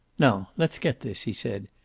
now let's get this, he said.